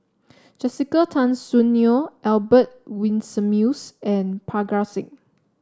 Jessica Tan Soon Neo Albert Winsemius and Parga Singh